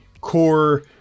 core